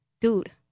dude